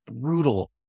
brutal